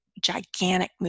gigantic